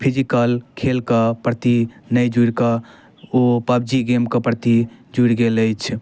physical खेलके प्रति नहि जुड़िकऽ ओ पब्जी गेमके प्रति जुड़ि गेल अछि